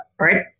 right